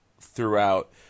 throughout